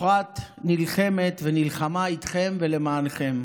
אפרת נלחמת ונלחמה איתכם ולמענכם